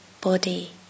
body